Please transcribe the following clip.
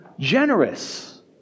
Generous